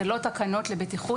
אלה לא תקנות לבטיחות,